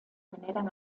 generan